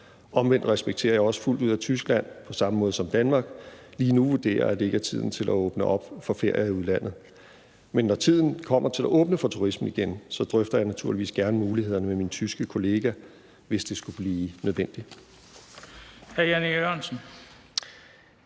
Omvendt respekterer jeg også fuldt ud, at Tyskland på samme måde som Danmark lige nu vurderer, at det ikke er tiden til at åbne op for ferie i udlandet. Men når tiden kommer til at åbne for turisme igen, drøfter jeg naturligvis gerne mulighederne med min tyske kollega, hvis det skulle blive nødvendigt.